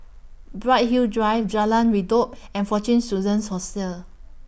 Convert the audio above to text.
Bright Hill Drive Jalan Redop and Fortune Students Hostel